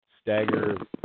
stagger